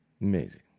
Amazing